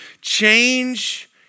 change